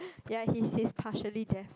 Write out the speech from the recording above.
ya he's he's partially deaf